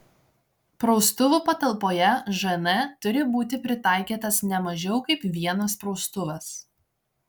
praustuvų patalpoje žn turi būti pritaikytas ne mažiau kaip vienas praustuvas